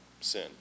sin